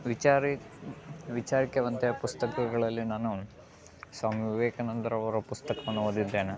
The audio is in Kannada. ವಿಚಾರಿ ವಿಚಾರಿಕೆವಂತೆಯ ಪುಸ್ತಕಗಳಲ್ಲಿ ನಾನು ಸ್ವಾಮಿ ವಿವೇಕಾನಂದರವರ ಪುಸ್ತಕವನ್ನು ಓದಿದ್ದೇನೆ